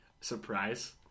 Surprise